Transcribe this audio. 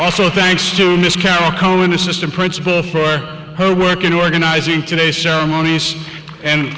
cohen assistant principal for her work in organizing today ceremonies and